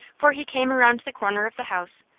for he came around the corner of the house,